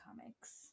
Comics